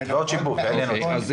העלינו את זה.